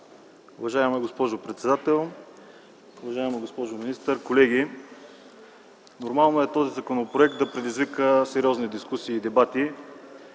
Уважаема госпожо председател, уважаема госпожо министър, колеги! Нормално е този законопроект да предизвика сериозни дискусии и дебати.